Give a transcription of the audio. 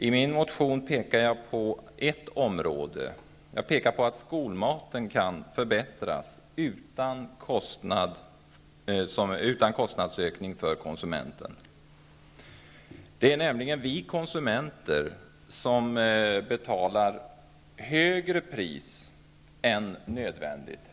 I min motion pekar jag på att skolmaten kan förbättras utan kostnadsökning för konsumenten. Det är nämligen vi konsumenter som betalar ett högre pris än nödvändigt.